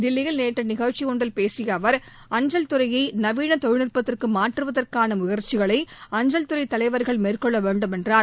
தில்லியில் நேற்று நிகழ்ச்சி ஒன்றில் பேசிய அவர் அஞ்சல்துறையை நவீன தொழில் நட்பத்திற்கு மாற்றுவதற்கான முயற்சிகளை அஞ்சல்துறை தலைவர்கள் மேற்கொள்ள வேண்டும் என்றார்